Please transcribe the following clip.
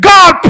God